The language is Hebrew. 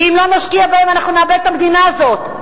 כי אם לא נשקיע בהם אנחנו נאבד את המדינה הזאת.